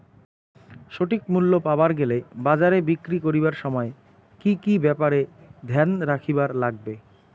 সঠিক মূল্য পাবার গেলে বাজারে বিক্রি করিবার সময় কি কি ব্যাপার এ ধ্যান রাখিবার লাগবে?